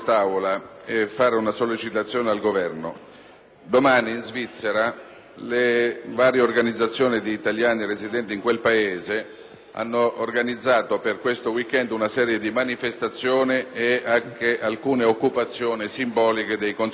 Domani in Svizzera le varie organizzazioni di italiani residenti in quel Paese hanno organizzato, per questo *weekend*, una serie di manifestazioni e anche alcune occupazioni simboliche dei consolati di Losanna, San Gallo, Basilea e Zurigo.